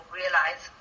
realize